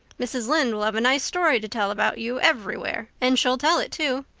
mrs. lynde will have a nice story to tell about you everywhere and she'll tell it, too.